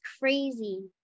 crazy